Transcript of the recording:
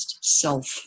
self